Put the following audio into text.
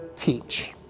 teach